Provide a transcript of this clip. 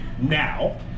now